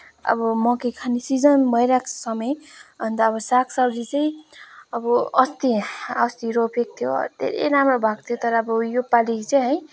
अब मकै खाने सिजन भइरहेको छ समय अन्त अब सागसब्जी चाहिँ अब अस्ति अस्ति रोपेको थियो धेरै राम्रो भएको थियो तर अब योपालि चाहिँ है